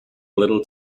little